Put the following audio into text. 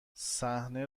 صحنه